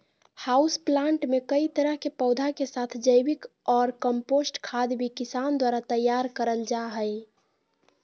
house plant मे कई तरह के पौधा के साथ जैविक ऑर कम्पोस्ट खाद भी किसान द्वारा तैयार करल जा हई